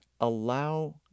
allow